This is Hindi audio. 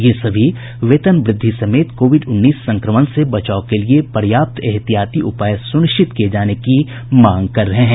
ये सभी वेतन वृद्धि समेत कोविड उन्नीस संक्रमण से बचाव के लिए पर्याप्त एहतियाती उपाय सुनिश्चित किये जाने की मांग कर रहे हैं